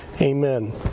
Amen